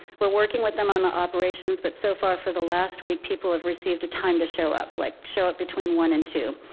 we're working with them on the operations, but so far for the last week, people have received a time to show up, like show up between one and two.